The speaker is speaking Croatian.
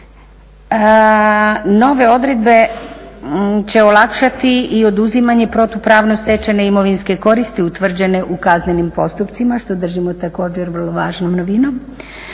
Nove odredbe će olakšati i oduzimanje protupravno stečene imovinske koristi utvrđene u kaznenim postupcima što držimo također vrlo važnom novinom.